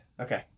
okay